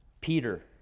Peter